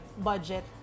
budget